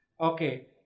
Okay